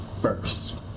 first